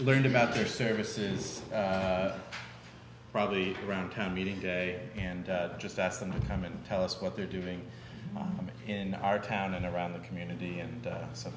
learned about their services probably around town meetings and just asked them to come and tell us what they're doing in our town and around the community and